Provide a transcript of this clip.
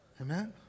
Amen